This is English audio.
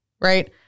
right